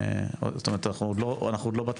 זאת אומרת אנחנו עוד לא בתחתית,